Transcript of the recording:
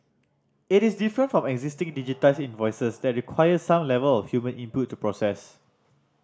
it is different from existing digitised invoices that require some level of human input to process